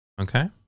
Okay